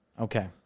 Okay